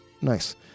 nice